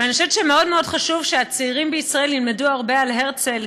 ואני חושבת שמאוד מאוד חשוב שהצעירים בישראל ילמדו הרבה על הרצל,